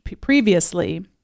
previously